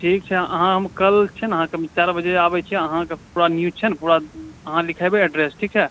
ठीक छै अहाँ हम कल छै ने अहाँ कऽ ग्यारह बजे आबै छियै अहाॅं पूरा न्यूज छै ने पूरा अहाँ लिखैबे एड्रेस ठीक छै